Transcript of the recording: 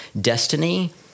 destiny